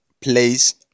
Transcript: place